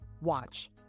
Watch